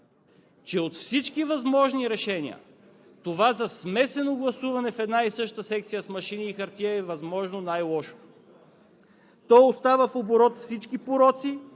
че от всички възможни решения това – за смесено гласуване в една и съща секция с машини и хартия, е възможно най-лошото. То остава в оборот всички пороци